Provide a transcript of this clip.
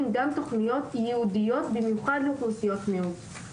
גם תוכניות ייעודיות במיוחד לאוכלוסיות מיעוט.